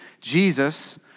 Jesus